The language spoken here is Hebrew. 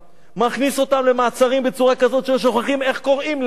מכניס אותם למעצרים בצורה כזאת שהיו שוכחים איך קוראים להם,